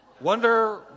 Wonder